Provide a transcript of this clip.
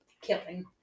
killing